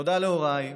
תודה להוריי,